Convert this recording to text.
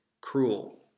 cruel